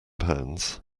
pounds